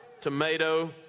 tomato